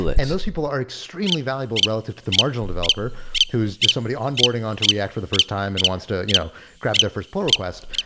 and those people are extremely valuable relative to the marginal developer who is just somebody onboarding on to react for the first time and wants to you know grab their first poll request.